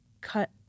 cut